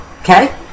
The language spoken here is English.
okay